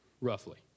roughly